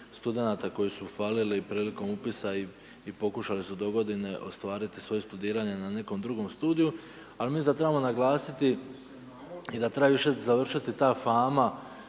studenata koji su falili prilikom upisa i pokušali su dogodine ostvariti svoje studiranje na nekom drugom studiju. Ali mislim da trebamo naglasiti i da treba više završiti ta fama